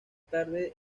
tarde